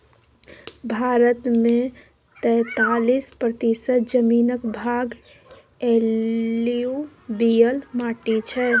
भारत मे तैतालीस प्रतिशत जमीनक भाग एलुयुबियल माटि छै